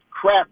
crap